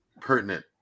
pertinent